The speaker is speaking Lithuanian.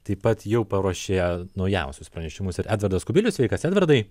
taip pat jau paruošė naujausius pranešimus ir edvardas kubilius sveikas edvardai